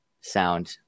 sound